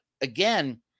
again